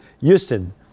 Houston